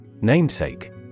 Namesake